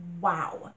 wow